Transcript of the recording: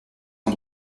son